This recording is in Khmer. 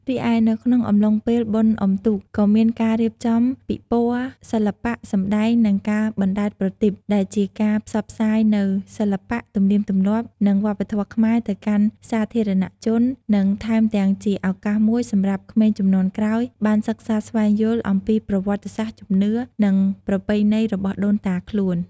រីឯនៅក្នុងអំឡុងពេលបុណ្យអុំទូក ក៏មានការរៀបចំពិព័រណ៍ សិល្បៈ សម្ដែង និងការបណ្ដែតប្រទីប ដែលជាការផ្សព្វផ្សាយនូវសិល្បៈ ទំនៀមទម្លាប់ និងវប្បធម៌ខ្មែរទៅកាន់សាធារណជន និងថែមទាំងជាឱកាសមួយសម្រាប់ក្មេងជំនាន់ក្រោយបានសិក្សាស្វែងយល់អំពីប្រវត្តិសាស្ត្រ ជំនឿ និងប្រពៃណីរបស់ដូនតាខ្លួន។